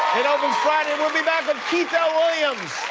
it opens friday. we'll be back with keith l. williams.